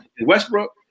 Westbrook